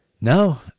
No